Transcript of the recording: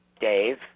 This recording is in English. Dave